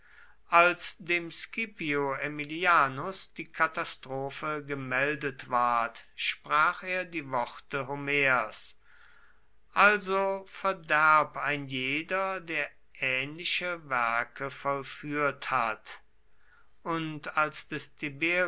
als dem scipio aemilianus die katastrophe gemeldet ward sprach er die worte homers also verderb ein jeder der ähnliche werke vollführt hat und als des